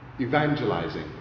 evangelizing